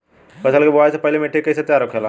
फसल की बुवाई से पहले मिट्टी की कैसे तैयार होखेला?